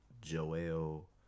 Joel